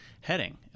heading